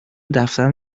دفترم